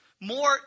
more